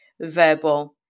verbal